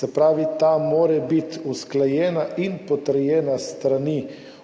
Se pravi, ta mora biti usklajena in potrjena s strani uporabnika,